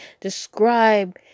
describe